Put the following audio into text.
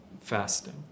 fasting